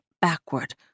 backward